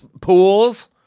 pools